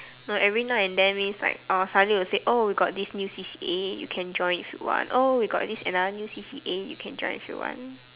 no every now and then means like orh suddenly you say oh got this new C_C_A you can join if you want oh we got this another C_C_A you can join if you want